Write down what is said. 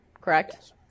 correct